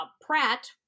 Pratt